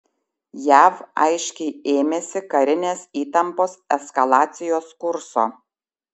jav aiškiai ėmėsi karinės įtampos eskalacijos kurso